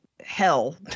hell